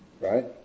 Right